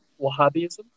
Wahhabism